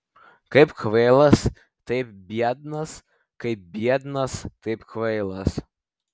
kaip kvailas taip biednas kaip biednas taip kvailas